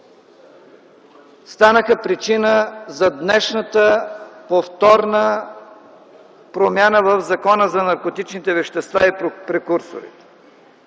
станаха причина за днешната повторна промяна в Закона за наркотичните вещества и прекурсорите.